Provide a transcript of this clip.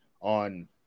on